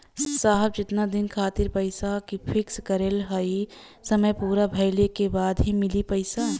साहब जेतना दिन खातिर हम पैसा फिक्स करले हई समय पूरा भइले के बाद ही मिली पैसा?